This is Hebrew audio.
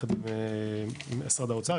יחד עם משרד האוצר,